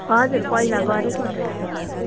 हजुर पहिला गरेको त यस्तो काम